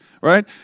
right